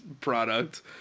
product